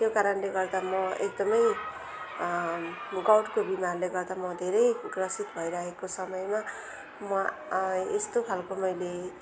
त्यो कारणले गर्दा म एकदमै गाउटको बिमारले गर्दा म धेरै ग्रसित भइरहेको समयमा म यस्तो खालको मैले